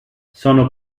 sono